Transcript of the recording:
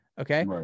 Okay